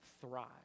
thrive